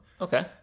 okay